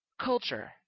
culture